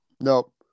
Nope